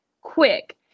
quick